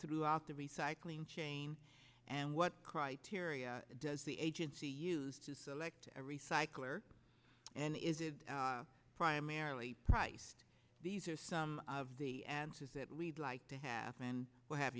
throughout the recycling chain and what criteria does the agency use to select a recycler and is it primarily priced these are some of the answers that we'd like to have and we'll have